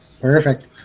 Perfect